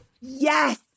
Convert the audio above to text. Yes